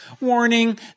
Warning